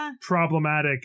problematic